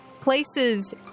places